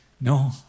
No